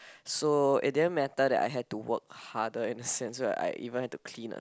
so it didn't matter that I had to work harder in the sense where I even had to clean a